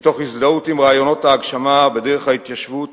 מתוך הזדהות עם רעיונות ההגשמה בדרך ההתיישבות